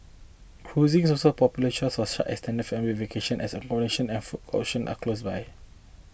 cruising is also a popular choice for such extended family vacations as accommodation and food options are close by